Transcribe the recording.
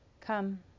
Come